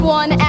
one